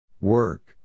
Work